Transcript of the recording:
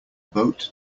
boat